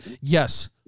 Yes